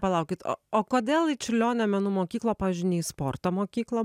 palaukit o o kodėl į čiurlionio menų mokyklą pavyzdžiui ne į sporto mokyklą